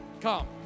come